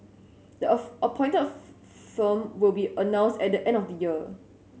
the of appointed firm will be announced at the end of the year